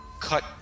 cut